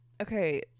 Okay